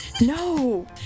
No